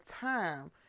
time